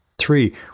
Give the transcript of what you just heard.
Three